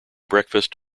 breakfast